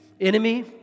Enemy